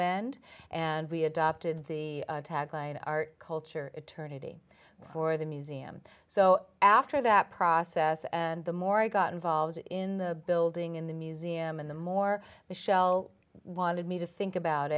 end and we adopted the tag line art culture eternity for the museum so after that process and the more i got involved in the building in the museum and the more the shell wanted me to think about